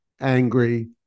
angry